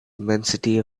immensity